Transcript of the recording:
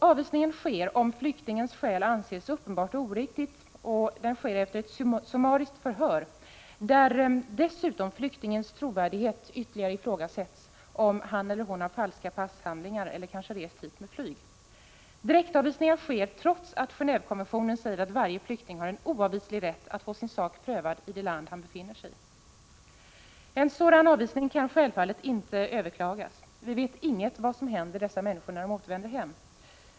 Avvisningen sker om flyktingens skäl anses uppenbart oriktigt, och det görs ett summariskt förhör, där dessutom flyktingens trovärdighet ytterligare ifrågasätts — om han eller hon har falska passhandlingar eller kanske har rest hit med flyg. Direktavvisning sker trots att Gen&vekonventionen säger att varje flykting har en oavvislig rätt att få sin sak prövad i det land där han befinner sig. En sådan avvisning kan självfallet inte överklagas. Vi vet ingenting om vad som händer dessa människor, när de återvänder hem.